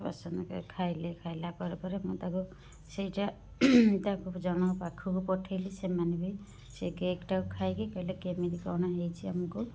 ପସନ୍ଦ କରି ଖାଇଲେ ଖାଇଲା ପରେ ପରେ ମୁଁ ତାକୁ ସେଇଟା ତାକୁ ଜଣଙ୍କ ପାଖକୁ ପଠେଇଲି ସେମାନେ ବି ସେ କେକଟାକୁ ଖାଇଲେ କହିଲେ କେମିତି କ'ଣ ହୋଇଛି ଆମକୁ